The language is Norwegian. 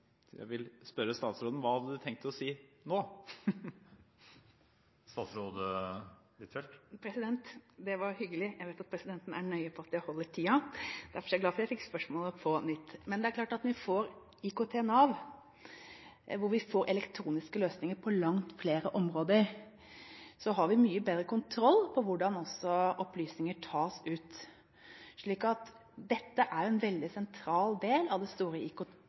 jeg vil spørre statsråden: Hva hadde du tenkt å si nå? Det var hyggelig. Jeg vet at presidenten er nøye på at vi holder tiden. Derfor er jeg glad for at jeg fikk spørsmålet på nytt. Det er klart at når vi får IKT Nav, hvor vi får elektroniske løsninger på langt flere områder, har vi mye bedre kontroll også på hvordan opplysninger tas ut. Dette er en veldig sentral del av det store